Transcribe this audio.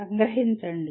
సంగ్రహించండి